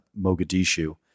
Mogadishu